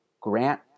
Grant